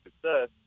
success